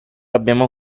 abbiamo